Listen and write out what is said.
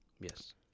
Yes